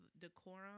decorum